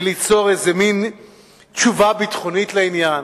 וליצור איזה מין תשובה ביטחונית לעניין.